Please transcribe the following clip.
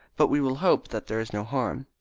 but we will hope that there is no harm.